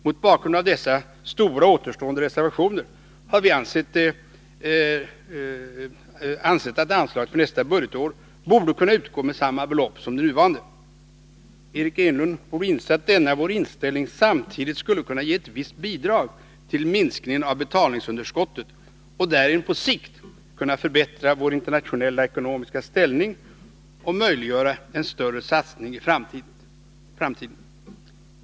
Mot bakgrund av dessa stora återstående reserver har vi ansett att anslaget för nästa budgetår borde kunna utgå med samma belopp som under det nuvarande. Eric Enlund borde inse att vi därmed skulle kunna bidra till en viss minskning av betalningsunderskottet och därigenom på sikt kunna förbättra vår internationella ekonomiska ställning och möjliggöra en större satsning i framtiden.